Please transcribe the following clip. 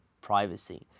privacy